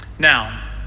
Now